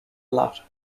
lot